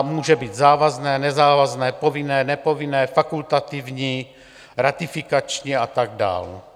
Může být závazné, nezávazné, povinné, nepovinné, fakultativní, ratifikační a tak dál.